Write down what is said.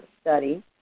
study